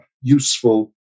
useful